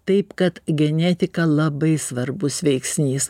taip kad genetika labai svarbus veiksnys